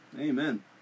Amen